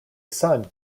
son